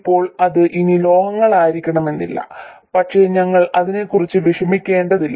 ഇപ്പോൾ അത് ഇനി ലോഹമായിരിക്കില്ല പക്ഷേ ഞങ്ങൾ അതിനെക്കുറിച്ച് വിഷമിക്കേണ്ടതില്ല